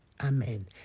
Amen